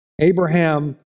Abraham